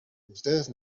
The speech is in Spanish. ustedes